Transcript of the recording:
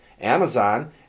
Amazon